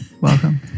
welcome